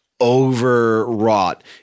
overwrought